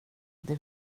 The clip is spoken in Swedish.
det